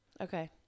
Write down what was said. Okay